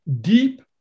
deep